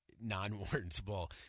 non-warrantable